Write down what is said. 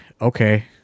okay